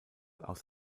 aus